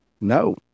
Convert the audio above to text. no